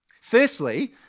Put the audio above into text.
Firstly